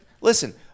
listen